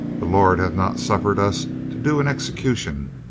the lord hath not suff ered us to do an execution.